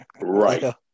Right